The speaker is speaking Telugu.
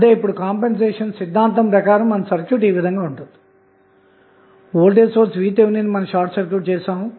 అంటే ఇప్పుడు కంపెన్సేషన్ సిద్ధాంతం ప్రకారం మన సర్క్యూట్ ఇలా ఉంటుంది వోల్టేజ్ సోర్స్ VTh ని షార్ట్ సర్క్యూట్ చేసాము